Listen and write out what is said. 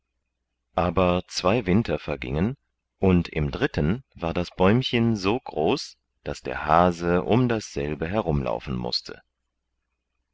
aber zwei winter vergingen und im dritten war das bäumchen so groß daß der hase im dasselbe herumlaufen mußte